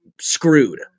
screwed